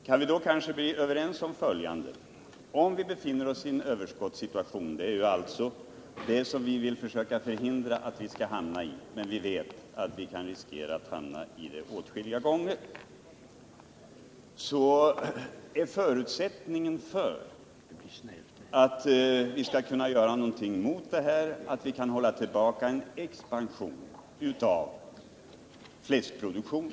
Herr talman! Jag hoppas att vi då kanske kan bli överens om det följande. En förutsättning för att kunna motverka att hamna i en överskottssituation — vi vill försöka förhindra att hamna i en sådan, men vi vet att vi riskerar att hamna där vid åtskilliga tillfällen — är att hålla tillbaka en expansion av fläskproduktionen.